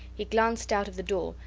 he glanced out of the door,